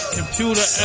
computer